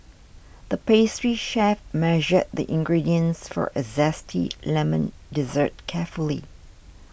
the pastry chef measured the ingredients for a Zesty Lemon Dessert carefully